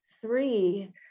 three